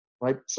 right